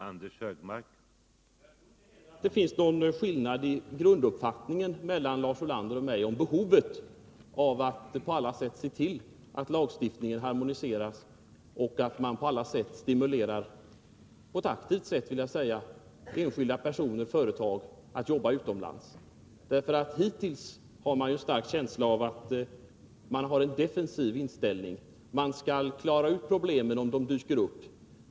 Herr talman! Jag tror inte heller att det finns någon skillnad mellan Lars Ulanders grunduppfattning och min uppfattning om behovet av att på alla sätt se till att den lagstiftning det här gäller ses över så att man på alla sätt stimulerar enskilda personer och företag att jobba utomlands. Hittills har jag haft en stark känsla av att det råder en defensiv inställning, nämligen att man skall lösa problemen om de dyker upp.